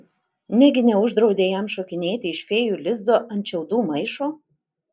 negi neuždraudė jam šokinėti iš fėjų lizdo ant šiaudų maišo